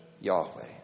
Yahweh